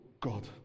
God